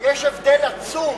יש הבדל עצום